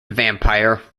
vampire